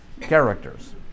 characters